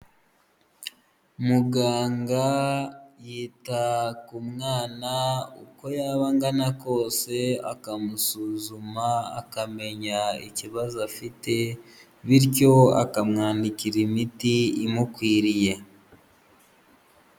Muganga yita ku mwana uko yaba angana kose akamusuzuma akamenya ikibazo afite, bityo akamwandikira imiti imukwiriye.